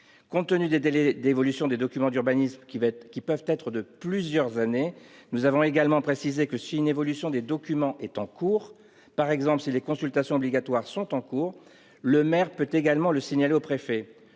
Compte tenu des délais d'évolution des documents d'urbanisme, qui peuvent atteindre plusieurs années, nous avons également précisé que, si une évolution des documents est en cours- par exemple si les consultations obligatoires sont en cours -, le maire peut également le signaler au préfet.